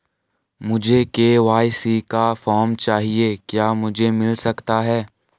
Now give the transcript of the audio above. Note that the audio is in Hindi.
मुझे के.वाई.सी का फॉर्म चाहिए क्या मुझे मिल सकता है?